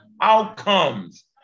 outcomes